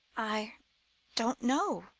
i don't know,